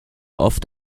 oft